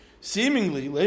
Seemingly